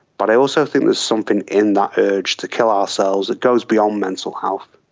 but i also think there's something in that urge to kill ourselves that goes beyond mental health.